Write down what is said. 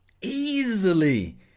easily